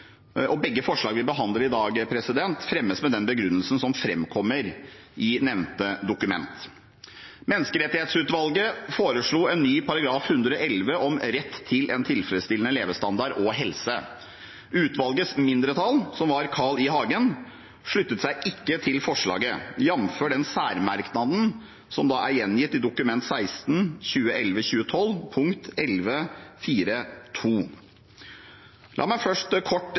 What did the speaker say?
2011–2012. Begge forslagene vi behandler i dag, fremmes med den begrunnelse som framkommer i nevnte dokument. Menneskerettighetsutvalget foreslo en ny § 111 om rett til en tilfredsstillende levestandard og helse. Utvalgets mindretall, Carl I. Hagen, sluttet seg ikke til forslaget, jf. særmerknad gjengitt i Dokument 16 for 2011–2012 punkt 11.4.2. La meg først kort